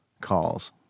calls